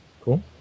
Cool